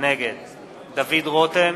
נגד דוד רותם,